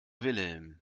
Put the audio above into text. wilhelm